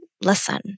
listen